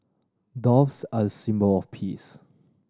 doves are a symbol of peace